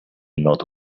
not